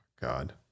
God